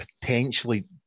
potentially